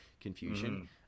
confusion